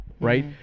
right